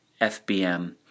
FBM